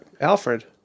Alfred